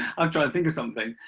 i'm trying to think of something,